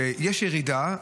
שיש ירידה.